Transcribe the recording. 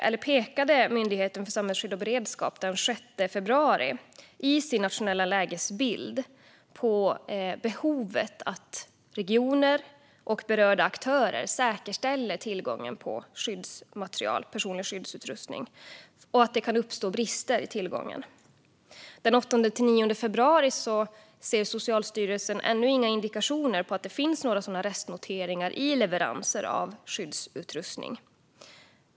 Vidare pekade Myndigheten för samhällsskydd och beredskap den 6 februari i sin nationella lägesbild på behovet av att regioner och berörda aktörer säkerställer tillgången på skyddsmateriel och personlig skyddsutrustning och att det kan uppstå brister i tillgången. Den 8-9 februari såg Socialstyrelsen ännu inte några indikationer på restnoteringar i leveranser av skyddsutrustning.